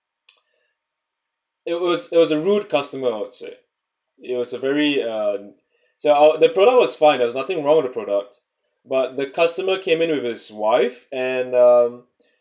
it was it was a rude customer I would say it was a very uh so uh the product was fine there's nothing wrong with the product but the customer came in with his wife and um